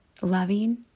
loving